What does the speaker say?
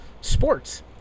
Sports